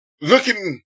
looking